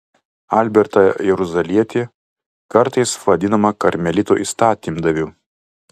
albertą jeruzalietį kartais vadinamą karmelitų įstatymdaviu